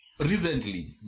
Recently